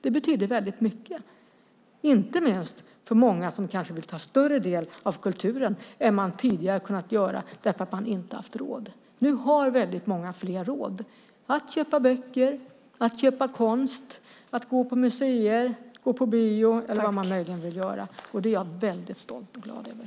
Det betyder väldigt mycket, inte minst för många som kanske vill ta större del av kulturen än man tidigare kunnat göra eftersom man inte har haft råd. Nu har väldigt många fler råd att köpa böcker, att köpa konst, att gå på museer och gå på bio eller vad man vill göra. Det är jag väldigt stolt och glad över.